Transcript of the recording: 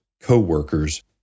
co-workers